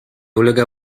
ulega